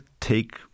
Take